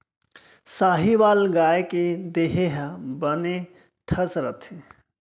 साहीवाल गाय के देहे ह बने ठस रथे